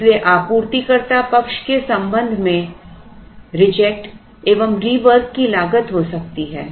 इसलिए आपूर्तिकर्ता पक्ष के संबंध में रिजेक्ट एवं रीवर्क की लागत हो सकती है